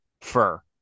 fur